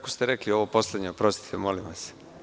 Kako ste rekli ovo poslednje, oprostite, molim vas?